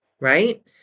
right